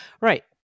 Right